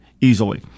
easily